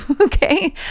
okay